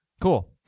Cool